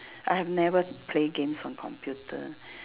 I have never play games on computer